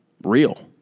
real